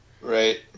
Right